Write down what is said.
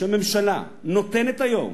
שהממשלה נותנת היום